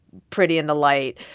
pretty in the light.